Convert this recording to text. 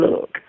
look